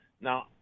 Now